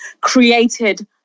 created